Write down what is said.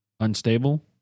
Unstable